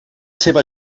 seva